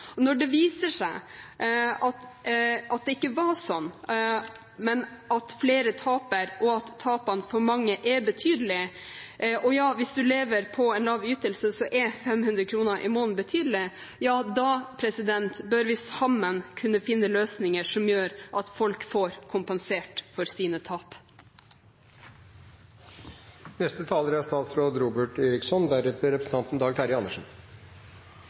Når det viser seg at det ikke var slik, men at flere taper, og at tapene for mange er betydelige – hvis du lever på en lav ytelse, er 500 kr i måneden betydelig – bør vi sammen kunne finne løsninger som gjør at folk får kompensert for sine tap. La meg starte med å minne om den debatten vi har i dag